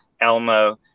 Elmo